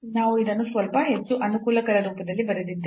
ನಾವು ಇದನ್ನು ಸ್ವಲ್ಪ ಹೆಚ್ಚು ಅನುಕೂಲಕರ ರೂಪದಲ್ಲಿ ಬರೆದಿದ್ದೇವೆ